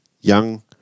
young